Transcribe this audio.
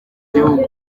gihugu